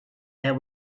there